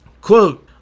Quote